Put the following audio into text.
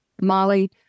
Molly